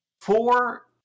four